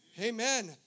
amen